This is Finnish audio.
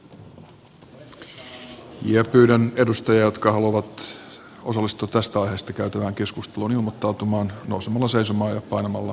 pyydän edustajia jotka haluavat osallistua tästä aiheesta käytävään keskusteluun ilmoittautumaan nousemalla seisomaan ja painamalla v painiketta